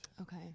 Okay